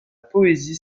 poésie